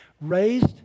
raised